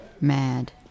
mad